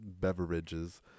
beverages